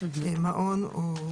כמו מעון.